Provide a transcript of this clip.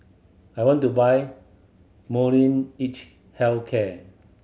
I want to buy Health Care